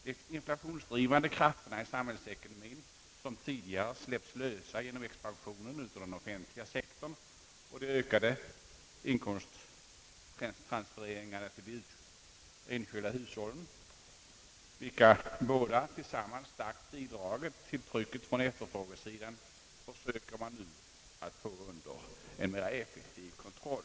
De inflationsdrivande krafterna i samhällsekonomien, som tidigare släppts lösa genom expansionen av den offentliga sektorn och de ökade inkomsttransfereringarna till de enskilda hushållen, vilka båda tillsammans starkt bidragit till trycket från efterfrågesidan, försöker man nu få under en mera effektiv kontroll.